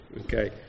okay